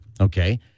Okay